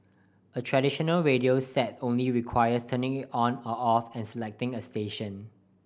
a traditional radio set only requires turning it on or off and selecting a station